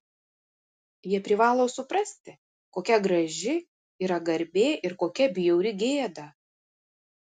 jie privalo suprasti kokia graži yra garbė ir kokia bjauri gėda